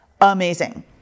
amazing